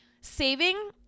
saving